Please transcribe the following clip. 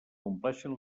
compleixen